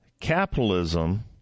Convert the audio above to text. capitalism